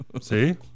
See